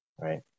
right